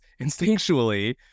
Instinctually